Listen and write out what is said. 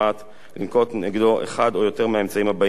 לנקוט נגדו אחד או יותר מהאמצעים הבאים: התראה,